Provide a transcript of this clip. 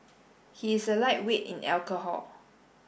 he is a lightweight in alcohol